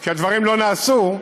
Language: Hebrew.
כי הדברים לא נעשו,